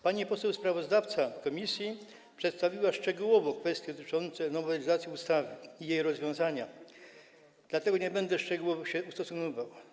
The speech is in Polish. Pani poseł sprawozdawca komisji przedstawiła szczegółowo kwestie dotyczące nowelizacji ustawy i jej rozwiązania, nie będę do nich szczegółowo się ustosunkowywał.